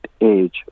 age